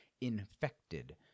infected